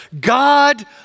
God